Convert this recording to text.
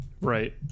Right